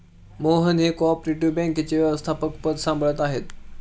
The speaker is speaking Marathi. मोहन हे को ऑपरेटिव बँकेचे व्यवस्थापकपद सांभाळत आहेत